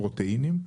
פרוטאינים,